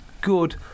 good